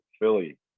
Philly